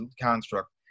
construct